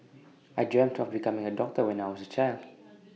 I dreamt of becoming A doctor when I was A child